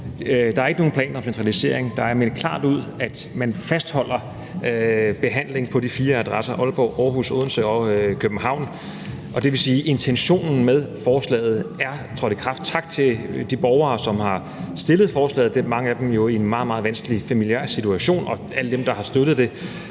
Der er ikke nogen planer om en centralisering; der er meldt klart ud, at man fastholder behandlingen på de fire adresser, Aalborg, Aarhus, Odense og København, og det vil sige, at intentionen med forslaget er trådt i kraft. Tak til de borgere, som har stillet forslaget – mange af dem er jo i en meget, meget vanskelig familiær situation – og til alle dem, der har støttet det,